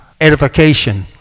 Edification